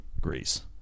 Greece